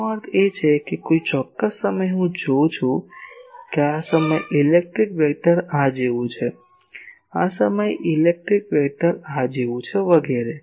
તેનો અર્થ એ કે કોઈ ચોક્કસ સમયે હું જોઉં છું કે આ સમયે ઇલેક્ટ્રિક સદિશ આ જેવું છે આ સમયે ઇલેક્ટ્રિક સદિશ આ જેવું છે વગેરે